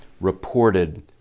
reported